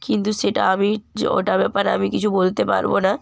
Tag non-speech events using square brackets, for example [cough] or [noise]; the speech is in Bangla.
কিন্তু সেটা আমি [unintelligible] ওটার ব্যাপারে আমি কিছু বলতে পারব না